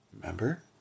remember